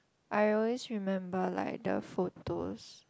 I always remember like the food those